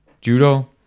judo